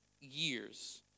years